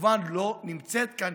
שכמובן לא נמצאת כאן,